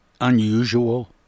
unusual